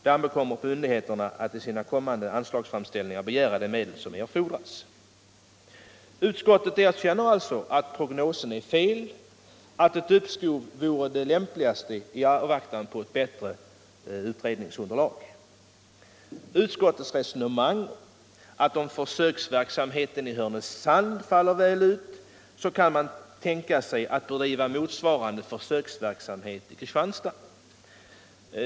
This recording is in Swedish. Det ankommer på myndigheterna att i sina kommande anslagsframställningar begära de medel som erfordras.” Utskottet erkänner alltså att prognosen är fel och att ett uppskov vore det lämpligaste i avvaktan på ett bättre utredningsunderlag. Om försöksverksamheten i Härnösand faller väl ut, kan man tänka sig att bedriva motsvarande försöksverksamhet i Kristianstad.